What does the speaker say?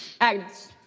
Agnes